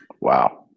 Wow